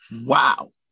wow